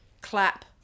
clap